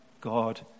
God